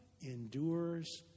endures